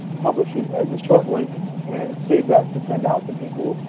publish it as a short link and save that to send out to people.